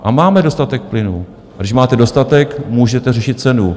A máme dostatek plynu když máte dostatek, můžete řešit cenu.